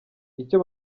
icyo